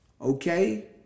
Okay